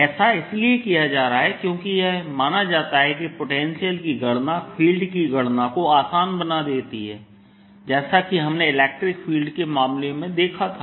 ऐसा इसलिए किया जा रहा है क्योंकि यह माना जाता है कि पोटेंशियल की गणना फील्ड की गणना को आसान बना देती है जैसा कि हमने इलेक्ट्रिक फील्ड के मामले में देखा था